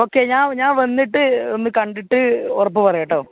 okay ഞാൻ ഞാൻ വന്നിട്ട് ഒന്ന് കണ്ടിട്ട് ഉറപ്പ് പറയാം കേട്ടോ